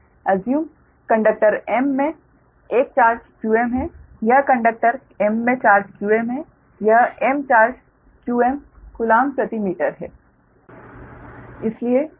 assume conductor m मे एक charge qm है यह कंडक्टर m मे चार्ज qm है यह m चार्ज qm कूलाम्ब प्रति मीटर है